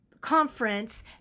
conference